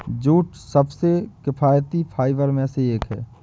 jute सबसे किफायती fibre में से एक है